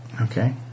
Okay